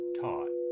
taught